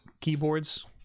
keyboards